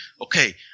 Okay